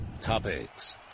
Topics